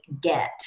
get